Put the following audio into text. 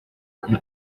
kuri